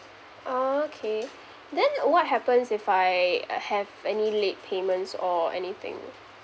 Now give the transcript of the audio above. okay then what happens if I uh have any late payments or anything